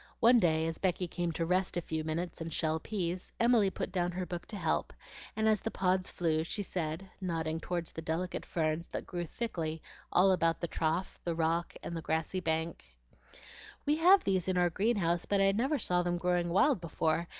one day as becky came to rest a few minutes and shell peas, emily put down her book to help and as the pods flew, she said, nodding toward the delicate ferns that grew thickly all about the trough, the rock, and the grassy bank we have these in our greenhouse, but i never saw them growing wild before,